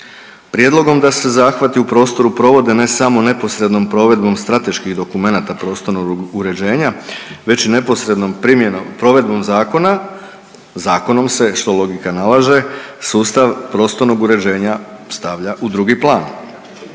Prijedlogom da se zahvati u prostoru provode, ne samo neposrednom provedbom strateških dokumenata prostornog uređenja, već i neposrednom primjenom, provedbom zakona, zakonom se, što logika nalaže, sustav prostornog uređenja stavlja u drugi plan.